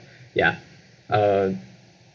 ya um